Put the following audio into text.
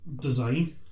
design